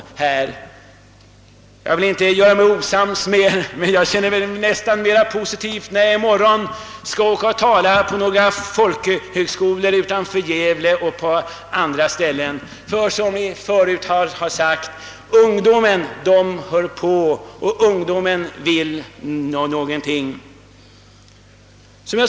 Jag vill inte göra mig osams med er, men jag känner mer tillfredsställelse inför tanken att jag i morgon skall åka till en folkhögskola utanför Gävle och på andra platser och tala u-hjälp. Såsom tidigare i dag har sagts: Det är ungdomen som hör på och som vill någonting.